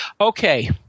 Okay